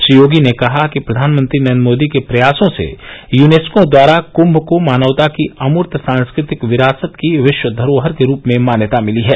श्री योगी ने कहा कि प्रधानमंत्री नरेन्द्र मोदी के प्रयासो से यूनेस्को द्वारा कुम्भ को मानवता की अमूर्त सांस्कृतिक विरासत की विष्व धरोहर के रूप मान्यता मिली है